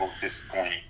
disappointing